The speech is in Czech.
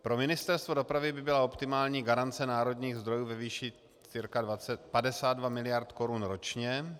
Pro Ministerstvo dopravy by byla optimální garance národních zdrojů ve výši cca 52 miliard korun ročně.